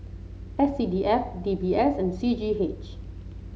S C D F D B S and C G H